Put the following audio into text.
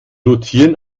rotieren